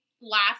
last